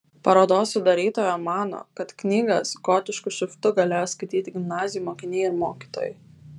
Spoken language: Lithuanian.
parodos sudarytoja mano kad knygas gotišku šriftu galėjo skaityti gimnazijų mokiniai ir mokytojai